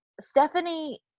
Stephanie